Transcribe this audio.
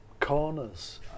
corners